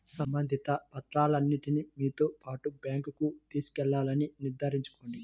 సంబంధిత పత్రాలన్నింటిని మీతో పాటు బ్యాంకుకు తీసుకెళ్లాలని నిర్ధారించుకోండి